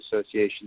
Association